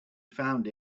found